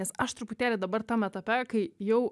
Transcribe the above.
nes aš truputėlį dabar tam etape kai jau